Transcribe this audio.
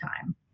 time